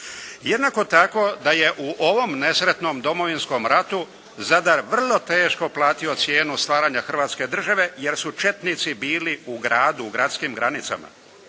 Jednako tako da je u ovom nesretnom Domovinskom ratu Zadar vrlo teško platio cijenu stvaranja hrvatske države jer su četnici bili u gradu, u gradskim granicama.